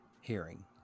hearing